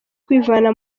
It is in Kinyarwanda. kwivana